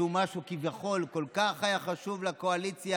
והוא משהו כביכול כל כך חשוב לקואליציה.